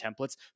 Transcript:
templates